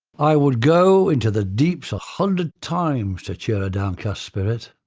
i would go into the deeps a hundred times to cheer a downcast spirit.